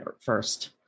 first